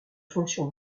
fonction